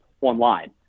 online